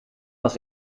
was